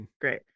great